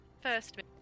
first